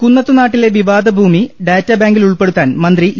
കുന്നത്തുനാട്ടിലെ വിവാദഭൂമി ഡാറ്റാബാങ്കിൽ ഉൾപ്പെടുത്താൻ മന്ത്രി ഇ